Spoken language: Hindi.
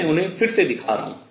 मैं उन्हें फिर से दिखा रहा हूँ